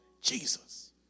Jesus